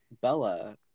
Bella